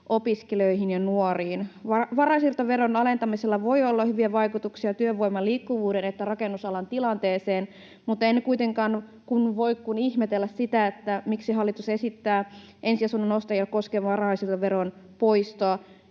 opiskelijoihin ja nuoriin. Varainsiirtoveron alentamisella voi olla hyviä vaikutuksia sekä työvoiman liikkuvuuteen että rakennusalan tilanteeseen. Mutta en kuitenkaan voi kuin ihmetellä sitä, miksi hallitus esittää ensiasunnon ostajia koskevan varainsiirtoveron poistoa